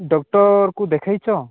ଡକ୍ଟର୍କୁ ଦେଖେଇଛ